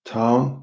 Town